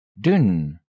DUN